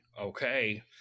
Okay